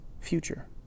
future